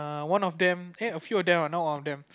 err one of them eh a few of them ah not one of them